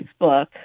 Facebook